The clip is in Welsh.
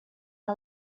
yna